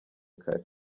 kare